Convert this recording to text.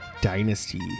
Dynasty